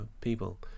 people